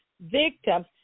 victims